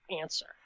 answer